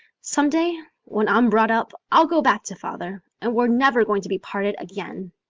someday, when i'm brought up, i'll go back to father and we're never going to be parted again.